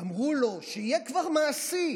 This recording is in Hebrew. / אמרו לו שיהיה כבר מעשי,